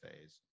phase